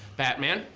batman,